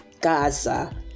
Gaza